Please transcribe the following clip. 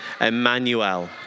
Emmanuel